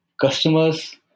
customers